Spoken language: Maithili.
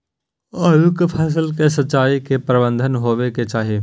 आलू के फसल के सिंचाई के की प्रबंध होबय के चाही?